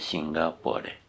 Singapore